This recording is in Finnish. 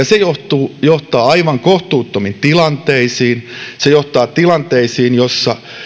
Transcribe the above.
se johtaa aivan kohtuuttomiin tilanteisiin se johtaa tilanteisiin joissa